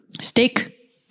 Steak